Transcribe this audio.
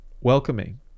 welcoming